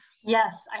Yes